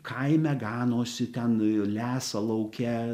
kaime ganosi ten lesa lauke